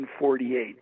1948